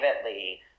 privately